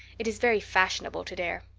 it is very fashionable to dare.